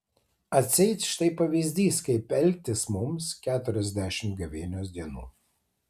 atseit štai pavyzdys kaip elgtis mums keturiasdešimt gavėnios dienų